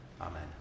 Amen